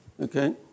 okay